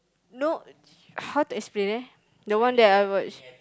no how to explain eh the one that I watch